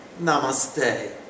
Namaste